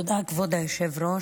תודה, כבוד היושב-ראש.